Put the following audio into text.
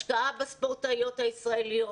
לסיכום: השקעה בספורטאיות הישראליות,